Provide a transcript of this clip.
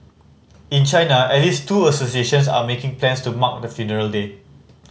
in China at least two associations are making plans to mark the funeral day